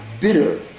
bitter